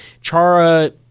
Chara